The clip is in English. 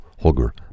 Holger